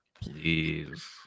Please